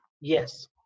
yes